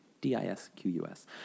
D-I-S-Q-U-S